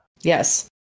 Yes